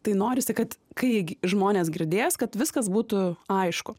tai norisi kad kai žmonės girdės kad viskas būtų aišku